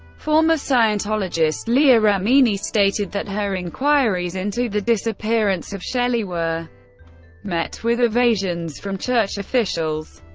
former scientologist leah remini stated that her inquiries into the disappearance of shelly were met with evasions from church officials.